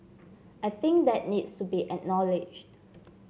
I think that needs to be acknowledged